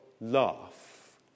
laugh